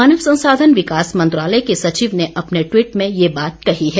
मानव संसाधन विकास मंत्रालय के सचिव ने अपने टवीट में यह बात कही है